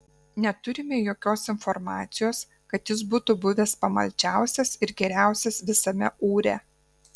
neturime jokios informacijos kad jis būtų buvęs pamaldžiausias ir geriausias visame ūre